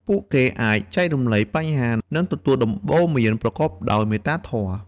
ពួកគេអាចចែករំលែកបញ្ហា និងទទួលដំបូន្មានប្រកបដោយមេត្តាធម៌។